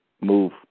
move